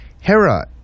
Hera